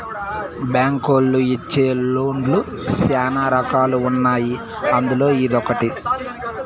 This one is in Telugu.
బ్యాంకులోళ్ళు ఇచ్చే లోన్ లు శ్యానా రకాలు ఉన్నాయి అందులో ఇదొకటి